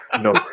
No